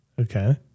Okay